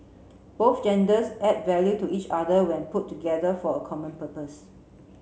both genders add value to each other when put together for a common purpose